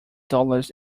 dollars